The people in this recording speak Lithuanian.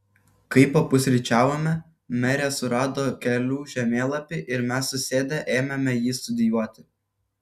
kai papusryčiavome merė surado kelių žemėlapį ir mes susėdę ėmėme jį studijuoti